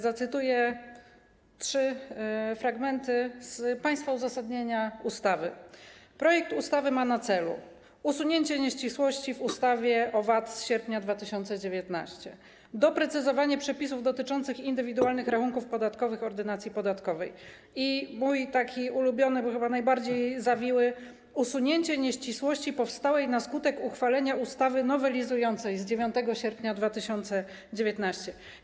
Zacytuję trzy fragmenty z państwa uzasadnienia ustawy: Projekt ustawy ma na celu usunięcie nieścisłości w ustawie o VAT z sierpnia 2019 r., doprecyzowanie przepisów Ordynacji podatkowej dotyczących indywidualnych rachunków podatkowych i - mój taki ulubiony, bo chyba najbardziej zawiły - usunięcie nieścisłości powstałej na skutek uchwalenia ustawy nowelizującej z 9 sierpnia 2019 r.